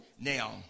Now